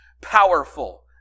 powerful